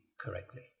correctly